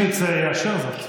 אם ירצה, יאשר זאת.